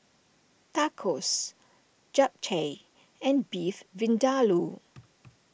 Tacos Japchae and Beef Vindaloo